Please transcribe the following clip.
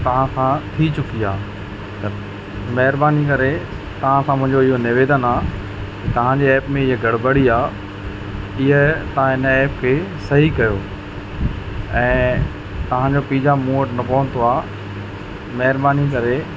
तव्हां खां थी चुकी आहे त महिरबानी करे तव्हां खां मुंहिंजो इहो निवेदन आहे तव्हांजे ऐप में इहा गड़बड़ी आहे इहा तव्हां इन ऐप खे सही कयो ऐं तव्हांजो पिज़्ज़ा मूं वटि न पहुतो आहे महिरबानी करे